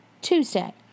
Tuesday